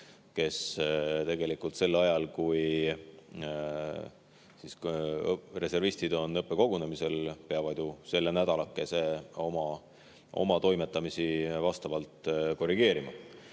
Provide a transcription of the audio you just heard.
kes tegelikult sel ajal, kui reservistid on õppekogunemisel, peavad nädalakese oma toimetamisi vastavalt korrigeerima!